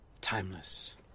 timeless